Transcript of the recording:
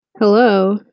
Hello